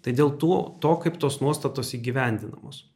tai dėl tų to kaip tos nuostatos įgyvendinamos